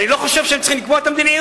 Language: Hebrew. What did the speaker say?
אני לא חושב שהם צריכים לקבוע את המדיניות.